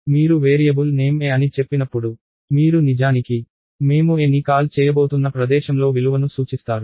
మీరు variable name a అని చెప్పినప్పుడు మీరు నిజానికి మేము a ని కాల్ చేయబోతున్న ప్రదేశంలో విలువను సూచిస్తారు